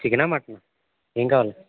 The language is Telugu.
చికెనా మటనా ఏం కావాలి